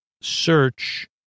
search